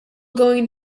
going